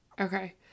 Okay